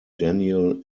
daniel